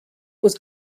was